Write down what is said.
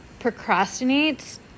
procrastinates